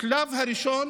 השלב הראשון